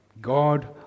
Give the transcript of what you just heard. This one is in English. God